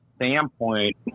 standpoint